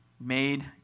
made